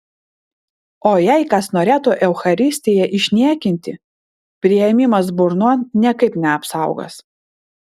o jei kas norėtų eucharistiją išniekinti priėmimas burnon niekaip neapsaugos